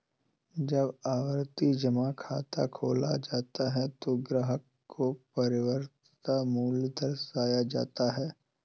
जब आवर्ती जमा खाता खोला जाता है तो ग्राहक को परिपक्वता मूल्य दर्शाया जाता है